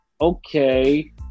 Okay